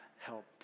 helped